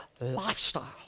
lifestyle